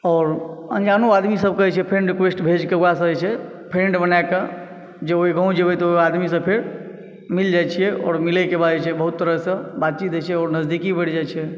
आओर अन्जानो आदमी सभक जे छै फ्रेन्ड रिक्वेस्ट भेज कऽ ओकरासँ जे छै फ्रेन्ड बनायकऽ जे ओहि गाव जेबै तऽ ओहि आदमीसँ फेर मिल जाइ छियै आओर मिलै के बाद जे छै बहुत तरहसँ बातचीत होइ छै आओर नजदीकी बढ़ि जाइ छै